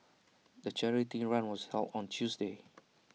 the charity run was held on Tuesday